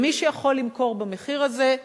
ומי שיכול למכור במחיר הזה,